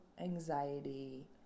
anxiety